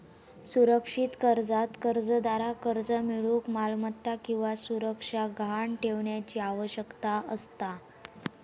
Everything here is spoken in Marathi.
सुरक्षित कर्जात कर्जदाराक कर्ज मिळूक मालमत्ता किंवा सुरक्षा गहाण ठेवण्याची आवश्यकता असता